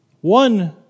One